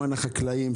למען החקלאים,